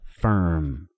firm